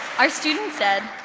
our student said,